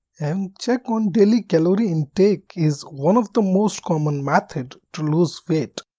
and check on daily calorie intake is one of the most common methods to lose weight.